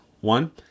One